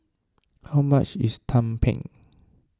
how much is Tumpeng